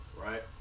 right